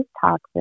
toxic